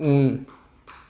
उन